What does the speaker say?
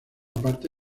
parte